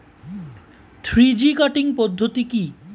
Three G cutting পদ্ধতি কি?